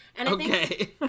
Okay